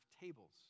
tables